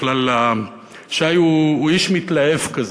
בכלל, שי הוא איש מתלהב כזה,